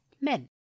men